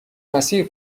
مسیر